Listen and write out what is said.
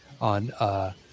on